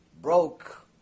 broke